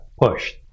push